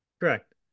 Correct